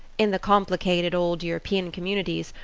in the complicated old european communities,